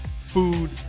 food